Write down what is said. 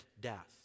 death